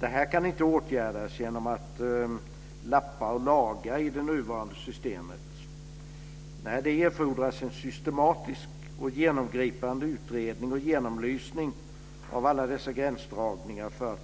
Det här kan inte åtgärdas genom att lappa och laga i det nuvarande systemet. Det fordras en systematisk och genomgripande utredning och genomlysning av alla dessa gränsdragningar för att